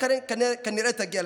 שכנראה תגיע,